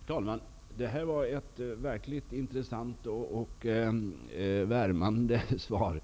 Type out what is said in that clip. Herr talman! Det här var ett verkligt intressant och värmande svar!